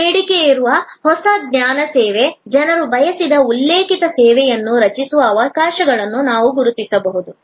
ಹೆಚ್ಚು ಬೇಡಿಕೆಯಿರುವ ಹೊಸ ಜ್ಞಾನ ಸೇವೆ ಜನರು ಬಯಸಿದ ಉಲ್ಲೇಖಿತ ಸೇವೆಯನ್ನು ರಚಿಸುವ ಅವಕಾಶಗಳನ್ನು ನಾವು ಗುರುತಿಸಬಹುದು